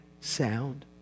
sound